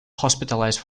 hospitalized